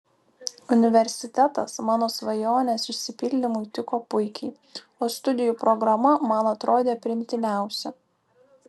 universitetas mano svajonės išsipildymui tiko puikiai o studijų programa man atrodė priimtiniausia